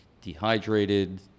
dehydrated